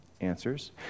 answers